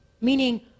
meaning